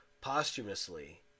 posthumously